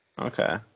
okay